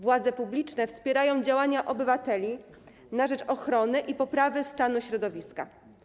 Władze publiczne wspierają działania obywateli na rzecz ochrony i poprawy stanu środowiska.